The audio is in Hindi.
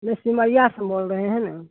ये सिमरिया से हम बोल रहे हैं ना